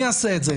מי יעשה את זה?